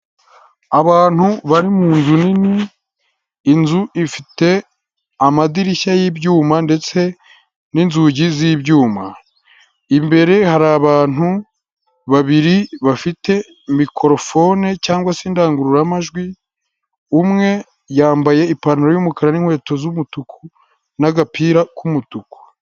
Abantu bari mu nzu nini, inzu ifite amadirishya y'ibyuma ndetse n'inzugi z'ibyuma, imbere hari abantu babiri bafite mikorofone cyangwa se indangururamajwi, umwe yambaye ipantaro y'umukara n'inkweto z'umutuku n'agapira k'umutuku.